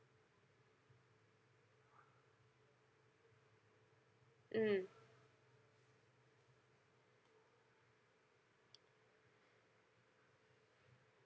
mm